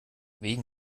wegen